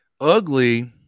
Ugly